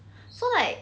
so like